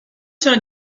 sono